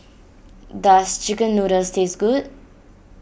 does Chicken Noodles taste good